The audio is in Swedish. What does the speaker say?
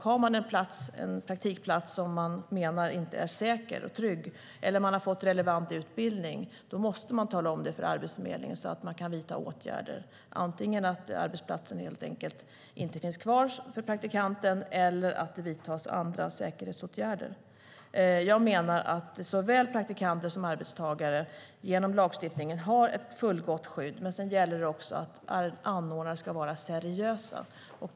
Har man en praktikplats som man menar inte är säker och trygg eller inte har fått relevant utbildning måste man tala om det för Arbetsförmedlingen, så att åtgärder kan vidtas, antingen att arbetsplatsen helt enkelt inte finns kvar för praktikanten eller andra säkerhetsåtgärder. Jag menar att såväl praktikanter som arbetstagare har ett fullgott skydd genom lagstiftningen, men sedan gäller det också att anordnarna ska vara seriösa.